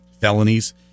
felonies